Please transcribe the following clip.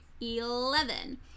Eleven